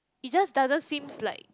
it just doesn't seems like